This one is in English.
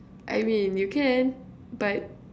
I mean you can but